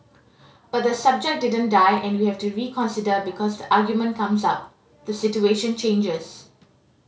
but the subject didn't die and we have to reconsider because the argument comes up the situation changes